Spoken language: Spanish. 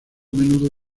menudo